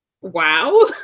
Wow